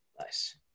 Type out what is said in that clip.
Nice